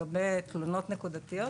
לגבי תלונות נקודתיות